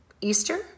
Easter